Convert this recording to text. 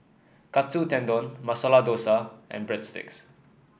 Katsu Tendon Masala Dosa and Breadsticks